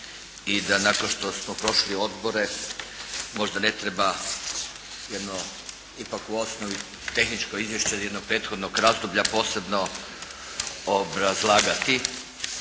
i da nakon što smo prošli odbore možda ne treba jedno ipak u osnovi tehničko izvješće jednog prethodnog razdoblja posebno obrazlagati